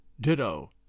Ditto